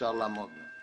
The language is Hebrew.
שאי-אפשר לעמוד בה.